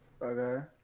okay